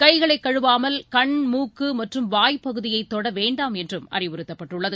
கைகளை கழுவாமல் கண் மூக்கு மற்றும் வாய் பகுதியை தொட வேண்டாம் என்றும் அறிவுறுத்தப்பட்டுள்ளது